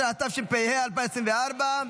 17), התשפ"ה 2024,